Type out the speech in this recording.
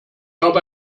habe